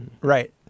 right